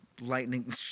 lightning